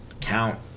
count